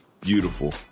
beautiful